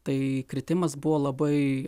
tai kritimas buvo labai